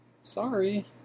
sorry